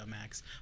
Max